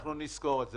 אנחנו נזכור את זה,